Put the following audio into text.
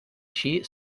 així